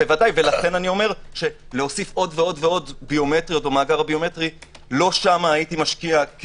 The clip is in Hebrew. לכן לשים עוד ועוד ביומטריות במאגר הביומטרי - לא שם הייתי משקיע את